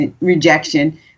rejection